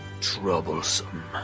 Troublesome